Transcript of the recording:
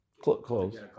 Close